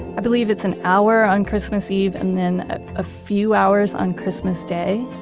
i believe, it's an hour on christmas eve, and then a few hours on christmas day.